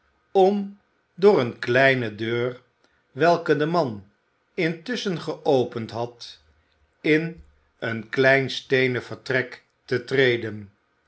om door eene kleine deur welke de man intusschen geopend had in een klein steenen vertrek te treden